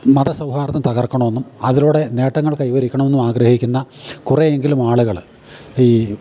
മതസൗഹാർദം തകർക്കം ആണോന്നും അതിലൂടെ നേട്ടങ്ങൾ കൈവരിക്കണമെന്നും ആഗ്രഹിക്കുന്ന കുറേ എങ്കിലും ആളുകൾ ഈ